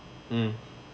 mm